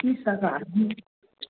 जी शाकाहारी